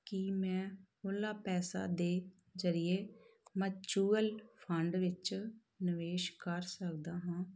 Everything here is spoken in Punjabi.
ਕੀ ਮੈਂ ਓਲਾ ਪੈਸਾ ਦੇ ਜ਼ਰੀਏ ਮਚੂਅਲ ਫੰਡ ਵਿੱਚ ਨਿਵੇਸ਼ ਕਰ ਸਕਦਾ ਹਾਂ